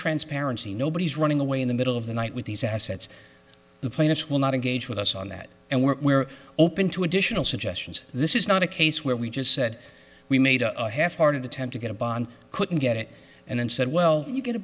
transparency nobody is running away in the middle of the night with these assets the plaintiffs will not engage with us on that and we're open to additional suggestions this is not a case where we just said we made a half hearted attempt to get a bond couldn't get it and then said well you get a